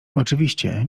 oczywiście